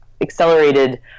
accelerated